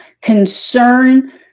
Concern